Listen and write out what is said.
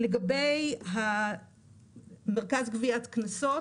לגבי מרכז גביית קנסות,